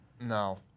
No